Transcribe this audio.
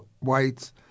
whites